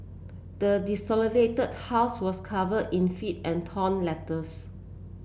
the desolated house was covered in filth and torn letters